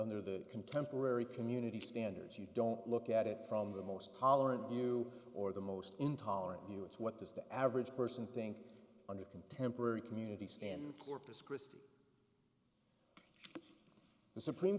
under the contemporary community standards you don't look at it from the most tolerant view or the most intolerant view it's what does the average person think on the contemporary community stand corpus cristi the supreme